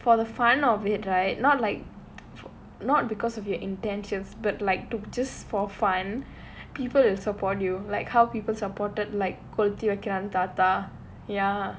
for the fun of it right not like not because of your intentions but like to just for fun people will support you like how people supported like கொளுத்தி வைக்குறாரு தாத்தா:koluthi vaikuraaru thatha